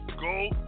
go